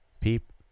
peep